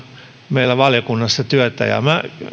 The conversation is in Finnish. meillä valiokunnassa työtä minä